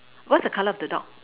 what's the color of the dog